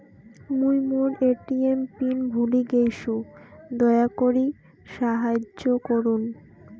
মুই মোর ATM PIN ভুলে গেইসু, দয়া করি সাহাইয্য করুন